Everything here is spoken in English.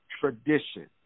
tradition